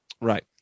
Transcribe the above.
Right